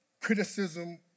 criticism